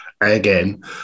again